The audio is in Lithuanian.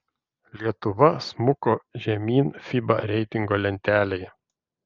lietuva smuko žemyn fiba reitingo lentelėje